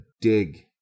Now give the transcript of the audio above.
dig